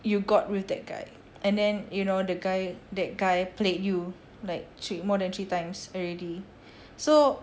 you got with that guy and then you know the guy that guy played you like cheat you more than three times already so